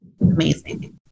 Amazing